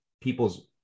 people's